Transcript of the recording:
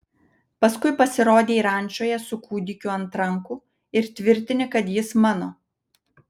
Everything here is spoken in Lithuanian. paskui pasirodei rančoje su kūdikiu ant rankų ir tvirtini kad jis mano